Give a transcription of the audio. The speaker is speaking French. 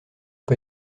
pas